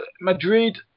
Madrid